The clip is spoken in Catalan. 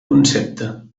concepte